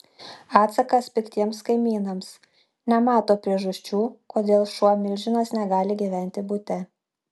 atsakas piktiems kaimynams nemato priežasčių kodėl šuo milžinas negali gyventi bute